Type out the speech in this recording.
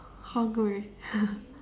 hungry